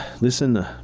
listen